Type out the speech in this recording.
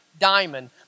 diamond